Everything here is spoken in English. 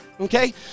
okay